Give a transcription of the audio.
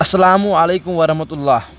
اسلام علیکم ورحمتہ اللہ